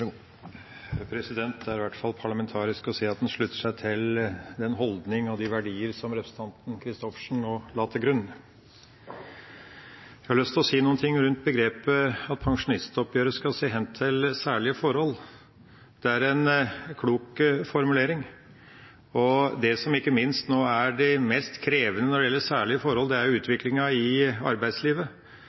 Det er i hvert fall parlamentarisk å si at en slutter seg til den holdning og de verdier som representanten Christoffersen nå la til grunn. Jeg har lyst til å si noe rundt det begrepet at pensjonsoppgjøret skal se hen til «særlige forhold». Det er en klok formulering. Det som ikke minst er krevende når det gjelder særlige forhold, er utviklinga i arbeidslivet: